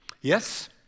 Yes